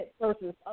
versus